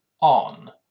on